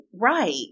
Right